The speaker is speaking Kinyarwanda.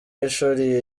y’ishuri